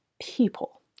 people